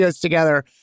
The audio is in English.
together